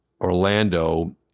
Orlando